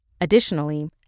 Additionally